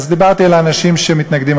אז דיברתי על האנשים שמתנגדים.